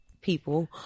people